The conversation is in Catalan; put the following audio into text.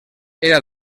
era